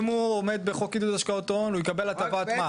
אם הוא עומד בחוק עידוד השקעות הון הוא יקבל הטבת מס,